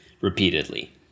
repeatedly